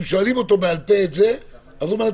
אם שואלים את זה בעל-פה אז הוא אומר,